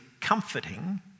comforting